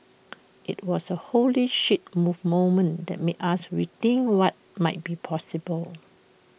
IT was A holy shit move moment that made us rethink what might be possible